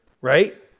right